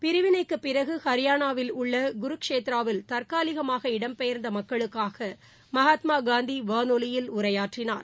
பிரிவினைக்குப் பிறகுஹரியானாவில் உள்ளகுருஷேத்ராவில் தற்காலிகமாக இடம் பெயர்ந்தமக்களுக்காகமகாத்மாகாந்திவானொலியில் உரையாற்றினார்